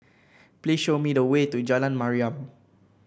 please show me the way to Jalan Mariam